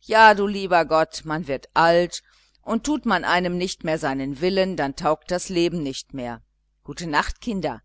ja du lieber gott man wird alt und tut man einem nicht mehr seinen willen dann taugt das leben nicht mehr gute nacht kinder